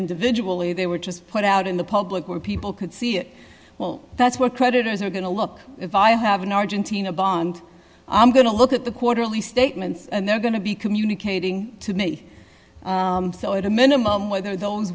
individual way they were just put out in the public where people could see it well that's where creditors are going to look if i have an argentina bond i'm going to look at the quarterly statements and they're going to be communicating to me at a minimum whether those